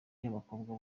bakobwa